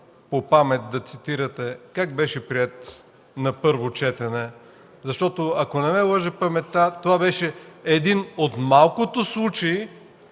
по памет да цитирате как беше приет на първо четене, защото ако не ме лъже паметта, това беше един от малкото случаи,